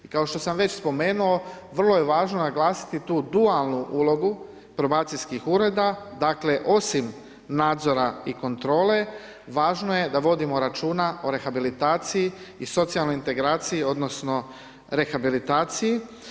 Kao što sam već spomenuo, vrlo je važno naglasiti tu dualnu ulogu probacijskih ureda, dakle, osim nadzora i kontrole, važno je da vodimo računa o rehabilitaciji i socijalnoj integraciji, odnosno, rehabilitaciji.